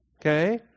Okay